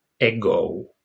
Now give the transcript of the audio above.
ego